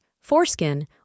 foreskin